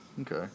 Okay